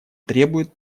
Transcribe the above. требует